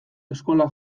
eskola